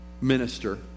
minister